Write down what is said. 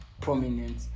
prominent